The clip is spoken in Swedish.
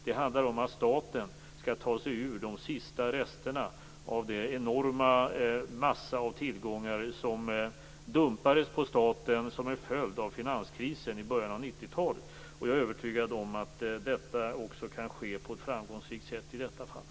Det handlar om att staten skall ta sig ur de sista resterna av den enorma massa av tillgångar som dumpades på staten som en följd av finanskrisen i början av 90-talet. Jag är övertygad om att det kan ske på ett framgångsrikt sätt också i detta fall.